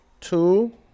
Two